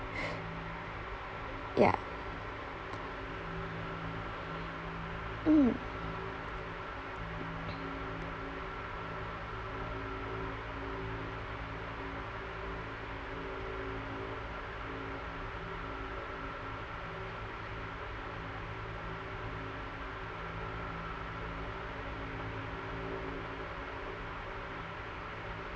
yeah mm